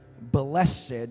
Blessed